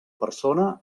persona